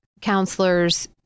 counselors